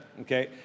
Okay